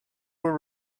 were